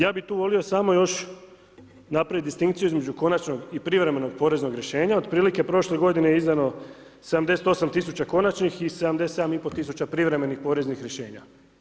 Ja bih tu volio samo još napravit distinkciju između konačnog i privremenog poreznog rješenja, otprilike prošle godine je izdano 78 000 konačnih i 77 i pol privremenih poreznih rješenja.